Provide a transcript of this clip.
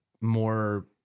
more